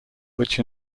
which